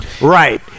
Right